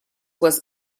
was